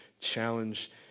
challenge